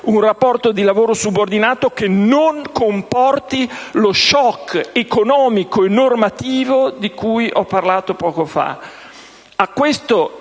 un rapporto di lavoro subordinato che non comporti lo *shock* economico e normativo di cui ho parlato poco fa.